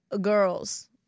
girls